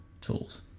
tools